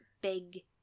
big